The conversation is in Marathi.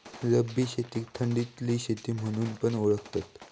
रब्बी शेतीक थंडीतली शेती म्हणून पण ओळखतत